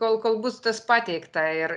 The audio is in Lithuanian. kol kol bus tas pateikta ir